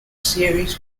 series